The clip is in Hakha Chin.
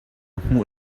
hmuh